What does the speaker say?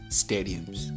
stadiums